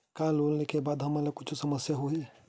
का लोन ले के बाद हमन ला कुछु समस्या होही?